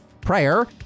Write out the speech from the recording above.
prayer